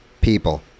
people